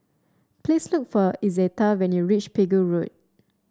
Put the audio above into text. please look for Izetta when you reach Pegu Road